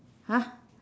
!huh!